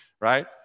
Right